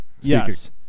yes